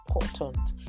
important